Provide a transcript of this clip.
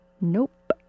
Nope